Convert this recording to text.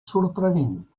sorprenent